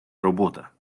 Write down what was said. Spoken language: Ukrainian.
робота